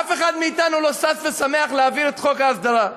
אף אחד מאתנו אינו שש ושמח להעביר את חוק ההסדרה.